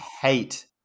hate